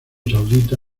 saudita